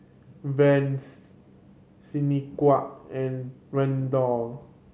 Vines Shaniqua and Randall